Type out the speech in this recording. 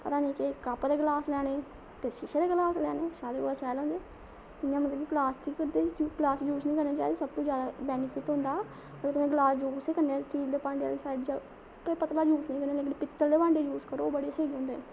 पता निं केह् कप्प दे गलास लैने ते शीशे दे गलास लैने सारे कोला शैल होंदे इ'यै मतलब प्लॉस्टिक दे प्लॉस्टिक यूस निं करना चाहिदी ते सब तो जादा बेनिफिट होंदा अगर तुसें गलास यूस गै करने ते स्टील दे भांडे आह्ली साइड जाओ पीतल दे भांडे यूस करो ओह् बड़े स्हेई होंदे न